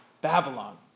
Babylon